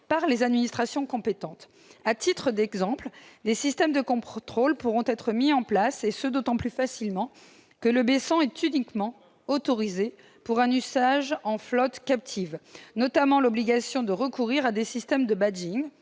par les administrations compétentes. À titre d'exemple, les systèmes de contrôle suivants pourront être mis en place, et ce d'autant plus facilement que le B100 est uniquement autorisé pour un usage en flotte captive : l'obligation de recourir à des systèmes de « badging